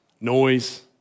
noise